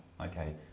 okay